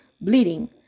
bleeding